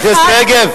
חברת הכנסת רגב,